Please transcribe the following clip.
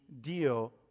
deal